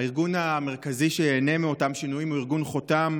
הארגון המרכזי שייהנה מאותם שינויים הוא ארגון חותם,